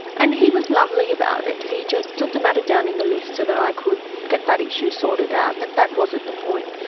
and he was lovely about it, he just took the matter down in the list so that i could get that issue sorted out, but that wasn't the point.